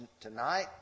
tonight